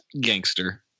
gangster